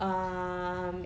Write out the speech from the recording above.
um